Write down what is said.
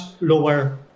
lower